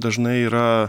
dažnai yra